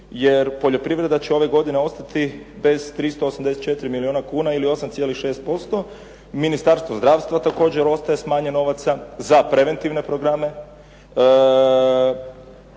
jer poljoprivreda će ove godine ostati bez 384 milijuna kuna ili 8,6%. Ministarstvo zdravstva ostaje također s manje novaca, za preventivne programe.